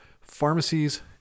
pharmacies